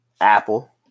apple